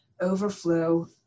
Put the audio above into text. overflow